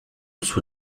sous